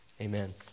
Amen